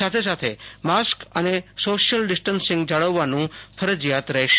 સાથે સાથે માસ્ક અને સોશિયલ ડિસ્ટન્સિંગ જાળવવું ફરજિયાત રહેશે